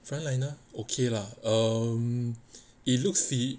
front liner okay lah um it looks fit